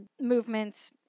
movements